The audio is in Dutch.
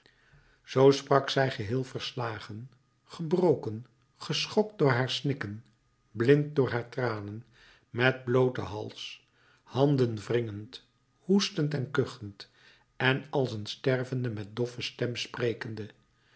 zoo sprak zij geheel verslagen gebroken geschokt door haar snikken blind door haar tranen met blooten hals handenwringend hoestend en kuchend en als een stervende met doffe stem sprekende